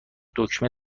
دکمه